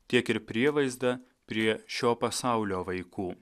tiek ir prievaizdą prie šio pasaulio vaikų